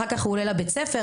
אחר כך הוא עולה לבית הספר,